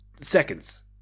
seconds